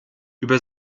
über